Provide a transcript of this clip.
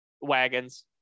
wagons